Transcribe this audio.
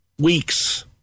weeks